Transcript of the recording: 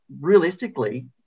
realistically